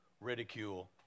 ridicule